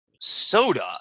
soda